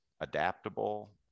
adaptable